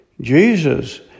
Jesus